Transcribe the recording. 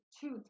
two